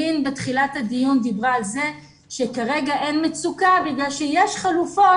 אלין בתחילת הדיון דיברה על זה שכרגע אין מצוקה בגלל שיש חלופה